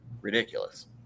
ridiculous